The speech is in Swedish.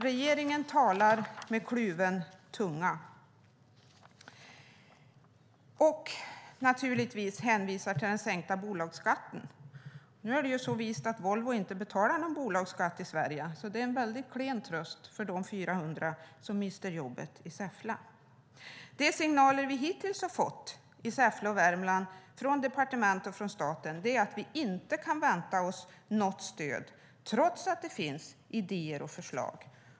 Regeringen talar med kluven tunga. Man hänvisar till den sänkta bolagsskatten. Nu är det så vist att Volvo inte betalar någon bolagsskatt i Sverige, så det är en klen tröst för de 400 som mister jobbet i Säffle. De signaler som vi hittills har fått i Säffle och Värmland från departement och från staten är att vi inte kan vänta oss något stöd, trots att det finns idéer och förslag.